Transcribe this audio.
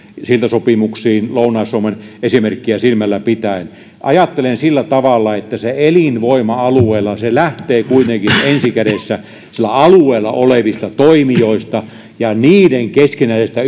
siltasopimuksiin lounais suomen esimerkkiä silmällä pitäen ajattelen sillä tavalla että elinvoima alueella lähtee kuitenkin ensi kädessä siellä alueella olevista toimijoista ja niiden keskinäisestä